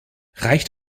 reicht